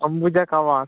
Ambuja কাওয়াস